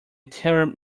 term